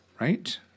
Right